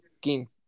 game